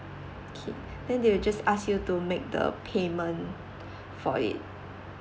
okay then they will just ask you to make the payment for it